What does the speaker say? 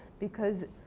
because